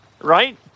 right